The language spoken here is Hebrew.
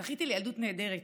זכיתי לילדות נהדרת,